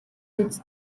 биз